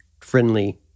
friendly